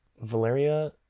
Valeria